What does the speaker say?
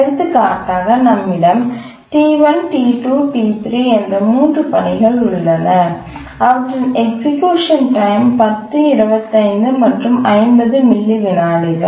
எடுத்துக்காட்டாக நம்மிடம் T1 T2 T3 என்ற 3 பணிகள் உள்ளன அவற்றின் எக்சிக்யூஷன் டைம் 10 25 மற்றும் 50 மில்லி விநாடிகள்